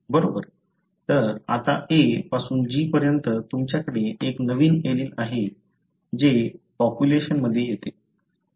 तर आता A पासून G पर्यंत तुमच्याकडे एक नवीन एलील आहे जे पॉप्युलेशनमध्ये येते